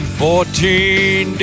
fourteen